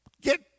get